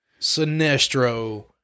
Sinestro